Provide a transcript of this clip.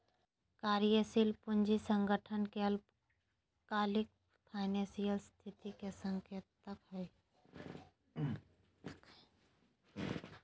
कार्यशील पूंजी संगठन के अल्पकालिक फाइनेंशियल स्थिति के संकेतक हइ